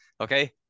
Okay